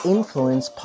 Influence